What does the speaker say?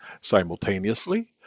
Simultaneously